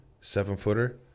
seven-footer